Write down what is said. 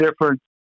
different